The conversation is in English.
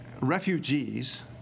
refugees